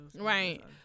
Right